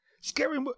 scary